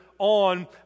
on